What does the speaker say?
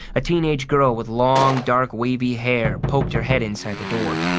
a teenage girl with long dark wavy hair poked her head inside the door.